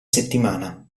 settimana